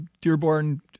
Dearborn